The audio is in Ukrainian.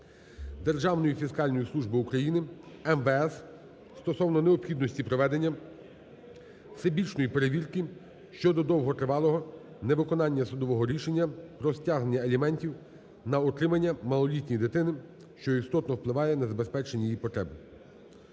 Державної фіскальної служби України, МВС стосовно необхідності проведення всебічної перевірки щодо довготривалого невиконання судового рішення про стягнення аліментів на утримання малолітньої дитини, що істотно впливає на забезпечення її потреб.